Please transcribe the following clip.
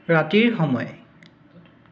ৰাতিৰ সময়